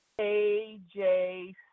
AJ